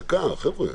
דקה, חבר'ה.